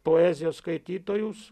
poezijos skaitytojus